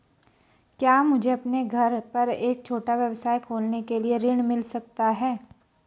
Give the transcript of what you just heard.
क्या मुझे अपने घर पर एक छोटा व्यवसाय खोलने के लिए ऋण मिल सकता है?